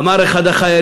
אמר אחד החיילים: